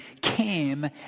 came